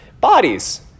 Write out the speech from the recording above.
Bodies